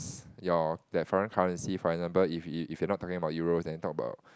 your that foreign currency for example if if if you are not talking about Euros then talk about